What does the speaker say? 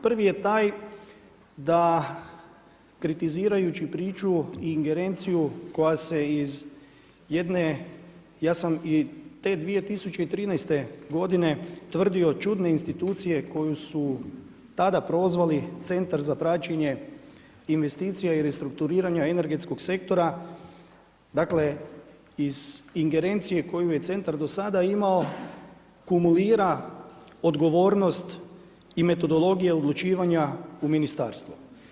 Prvi je taj da kritizirajući priču i ingerenciju koja se iz jedne ja sam i te 2013. godine tvrdio čudne institucije koju su tada prozvali Centar za praćenje investicija i restrukturiranja energetskog sektora, dakle iz ingerencije koju je centar do sada imao, kumulira odgovornost i metodologije odlučivanja u ministarstvo.